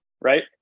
Right